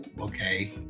okay